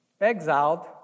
exiled